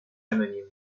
anonymes